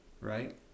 Right